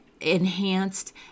enhanced